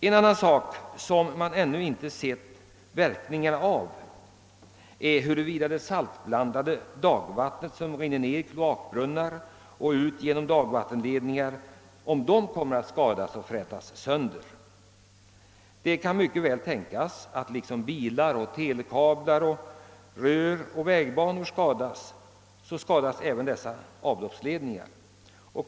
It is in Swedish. En annan sak som man ännu inte sett verkningarna av är huruvida det saltblandade dagvatten, som rinner ned i kloakbrunnar och ut genom: dagvattenledningar, kommer att skada och fräta sönder dessa anläggningar. Det kan mycket väl tänkas att lika visst som bilar, telekablar, vägar och annat skadas, även avloppsledningar skadas.